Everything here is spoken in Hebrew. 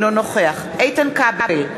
אינו נוכח איתן כבל,